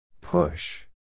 Push